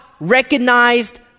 Recognized